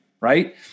right